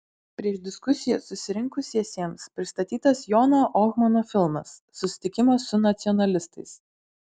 prieš diskusiją susirinkusiesiems pristatytas jono ohmano filmas susitikimas su nacionalistais